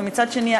ומצד שני,